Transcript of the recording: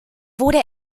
wurde